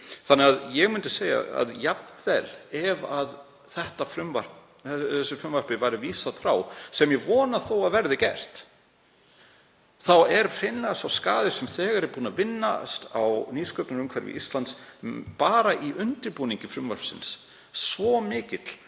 eftir. Ég myndi segja að jafnvel þó að þessu frumvarpi verði vísað frá, sem ég vona að verði gert, þá sé hreinlega sá skaði sem þegar er búið að vinna á nýsköpunarumhverfi Íslands bara í undirbúningi frumvarpsins svo mikill